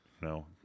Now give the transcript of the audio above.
no